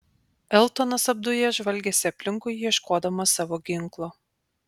eltonas apdujęs žvalgėsi aplinkui ieškodamas savo ginklo